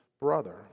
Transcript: brother